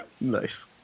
Nice